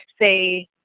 say